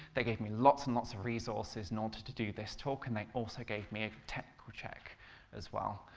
they gave me lots and lots of resources in order to do this talk and they also gave me a technical check as well.